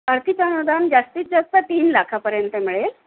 आर्थिक अनुदान जास्तीत जास्त तीन लाखापर्यंत मिळेल